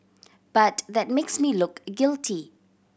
but that makes me look guilty